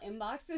inboxes